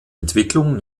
entwicklung